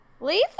Leave